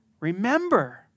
Remember